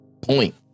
point